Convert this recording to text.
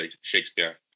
Shakespeare